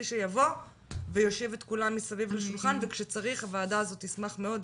שיבוא ויושיב את כולם מסביב לשולחן וכשצריך הוועדה הזאת תשמח מאוד.